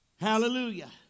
Hallelujah